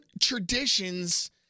traditions